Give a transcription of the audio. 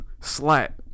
slap